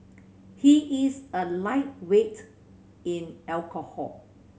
he is a lightweight in alcohol